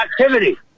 activity